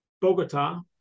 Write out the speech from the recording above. Bogota